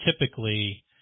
typically